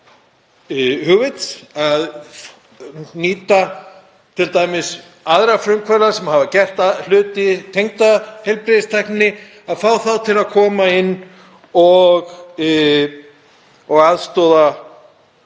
hugvits, nýta t.d. aðra frumkvöðla sem hafa gert hluti tengda heilbrigðistækninni, fá þá til að koma inn og aðstoða